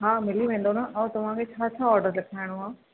हा मिली वेंदव न ऐं तव्हांखे छा छा ऑडर लिखाइणो आहे